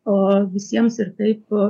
o visiems ir taip